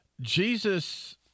Jesus